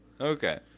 Okay